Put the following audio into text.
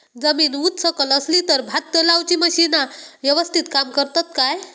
जमीन उच सकल असली तर भात लाऊची मशीना यवस्तीत काम करतत काय?